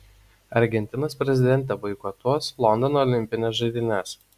argentinos prezidentė boikotuos londono olimpines žaidynes